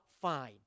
fine